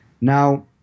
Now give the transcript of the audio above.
Now